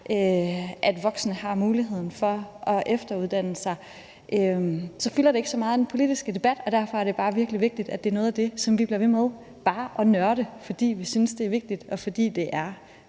at voksne har muligheden for at efteruddanne sig, fylder det ikke så meget i den politiske debat, og derfor er det bare virkelig vigtigt, at det er noget af det, som vi bliver ved med bare at nørde, fordi vi synes, det er vigtigt, og fordi det er